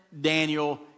Daniel